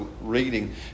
reading